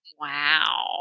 Wow